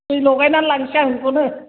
दै लगायना लांसै आं बेखौनो